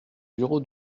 bureau